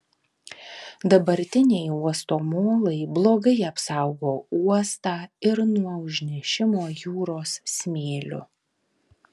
dabartiniai uosto molai blogai apsaugo uostą ir nuo užnešimo jūros smėliu